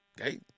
Okay